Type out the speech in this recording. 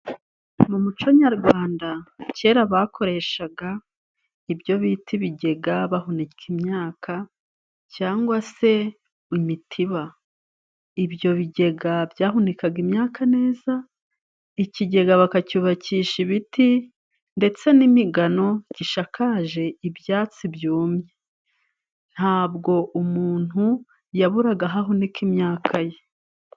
Mu muco nyarwanda kera bakoreshaga ibyo bita ibigega bahunika imyaka cyangwa se imitiba. Ibyo bigega byahunikaga imyaka neza ikigega bakacyubakisha ibiti, ndetse n'imigano gishakaje ibyatsi byumye ntabwo umuntu yaburaga aho ahunika imyaka ye.